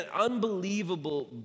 unbelievable